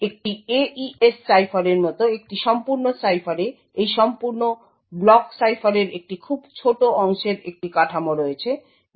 সুতরাং একটি AES সাইফারের মত একটি সম্পূর্ণ সাইফারে এই সম্পূর্ণ ব্লক সাইফারের একটি খুব ছোট অংশের একটি কাঠামো রয়েছে যা আমরা আগে দেখেছি